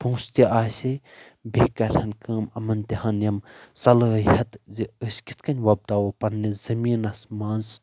پونسہٕ تہِ آسے بیٚیہِ کرہَن کٲم یِمن دِہن یِم صلٲہیٚت زِ أسۍ کِتھ کٔنۍ وۄپداوو پننِس زٔمیٖنس منٛز